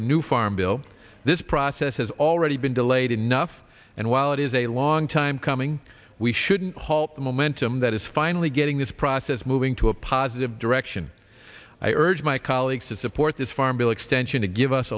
a new farm bill this process has already been delayed enough and while it is a long time coming we shouldn't halt the momentum that is finally getting this process moving to a positive direction i urge my colleagues to support this farm bill extension to give us